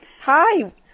Hi